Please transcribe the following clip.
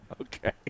Okay